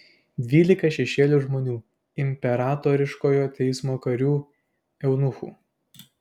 dvylika šešėlių žmonių imperatoriškojo teismo karių eunuchų